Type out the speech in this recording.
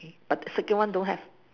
but second one don't have